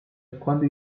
quando